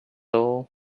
all